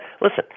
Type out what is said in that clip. listen